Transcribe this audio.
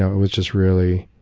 it was just really